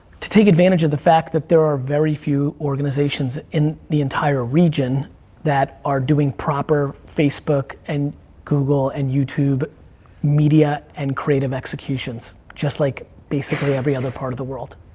to take advantage of the fact that there are very few organizations in the entire region that are doing proper facebook and google and youtube media and creative executions, just like basically every other part of the world.